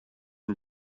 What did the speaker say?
une